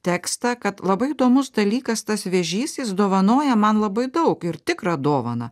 tekstą kad labai įdomus dalykas tas vėžys jis dovanoja man labai daug ir tikrą dovaną